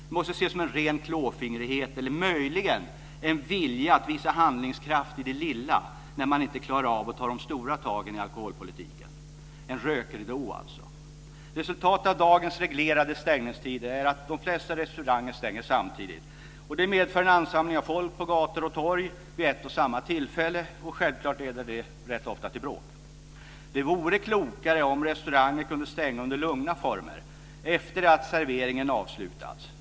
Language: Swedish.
Det måste ses som en ren klåfingrighet eller möjligen en vilja att visa handlingskraft i det lilla när man inte klarar av att ta de stora tagen i alkoholpolitiken. Det är alltså en rökridå. Resultatet av dagens reglerade stängningstider är att de flesta restauranger stänger samtidigt. Det medför en ansamling av folk på gator och torg vid ett och samma tillfälle. Självfallet leder det rätt ofta till bråk. Det vore klokare om restauranger kunde stänga under lugna former efter det att serveringen avslutats.